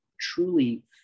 truly